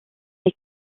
est